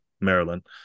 Maryland